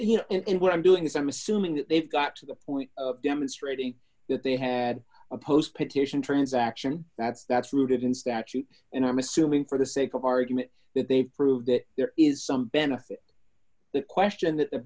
it what i'm doing is i'm assuming that they've got to the point of demonstrating that they had a post petition transaction that's that's rooted in statute and i'm assuming for the sake of argument that they prove that there is some benefit the question that